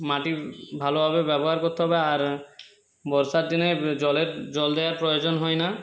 মাটি ভালোভাবে ব্যবহার করতে হবে আর বর্ষার জন্যে জলের জল দেওয়ার প্রয়োজন হয় না